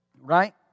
right